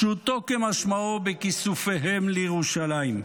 פשוטו כמשמעו, בכיסופיהם לירושלים.